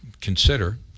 consider